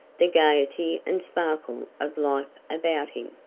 the gaiety and sparkle of life about him.